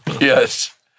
Yes